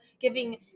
giving